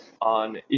on